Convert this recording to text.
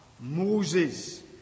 Moses